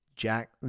Jack